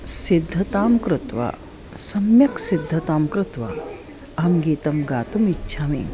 सिद्धतां कृत्वा सम्यक् सिद्धतां कृत्वा अहं गीतं गातुम् इच्छामि